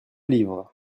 livres